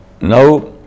Now